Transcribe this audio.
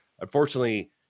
unfortunately